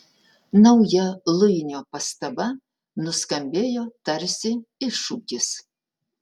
nauja luinio pastaba nuskambėjo tarsi iššūkis